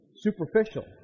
Superficial